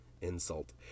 insult